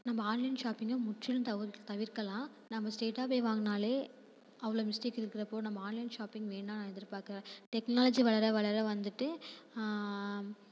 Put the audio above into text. நம்ம ஆன்லைன் ஷாப்பிங்கை முற்றிலும் தவிர்க் தவிர்க்கலாம் நம்ம ஸ்ட்ரெய்ட்டாக போய் வாங்கினாலே அவ்வளோ மிஸ்டேக் இருக்கிறப்போ நம்ம ஆன்லைன் ஷாப்பிங் வேணாம் நான் எதிர் பார்க்குறேன் டெக்னாலஜி வளர வளர வந்துட்டு